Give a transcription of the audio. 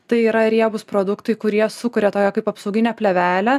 tai yra riebūs produktai kurie sukuria tokią kaip apsauginę plėvelę